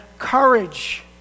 Courage